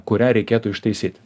kurią reikėtų ištaisyt